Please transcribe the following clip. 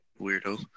Weirdo